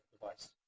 device